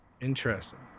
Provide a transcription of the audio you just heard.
Interesting